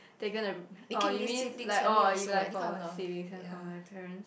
they gonna oh you mean like oh if like for a siblings or for my parents